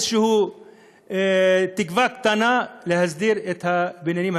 איזושהי תקווה קטנה להסדיר את הבניינים הקיימים.